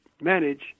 manage